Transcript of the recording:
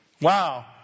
Wow